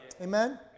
Amen